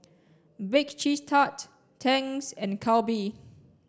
Bake Cheese Tart Tangs and Calbee